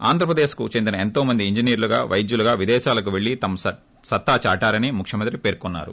ఆంధ్రప్రదేశ్కు చెందిన ఎంతోమంది ఇంజినీర్లుగా పైద్యులుగా విదేశాలకు వెళ్లి తమ సత్తా చాటారని ముక్యమంత్రి పెర్కున్నారు